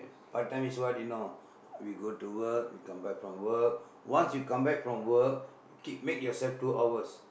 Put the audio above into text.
part-time is what you know we go to work we come back from work once you come back from work you keep make yourself two hours